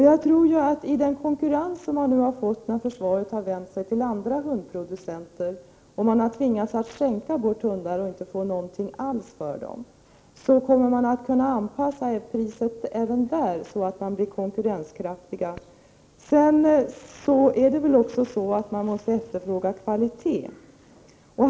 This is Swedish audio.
Jag tror att man i den konkurrens som man nu har fått, när försvaret har vänt sig till andra hundproducenter och man har tvingats skänka bort hundar utan att få någonting alls för dem, kommer att kunna anpassa priset, så att man blir konkurrenskraftig. Dessutom måste väl också kvalitet efterfrågas.